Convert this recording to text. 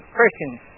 Christians